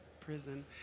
prison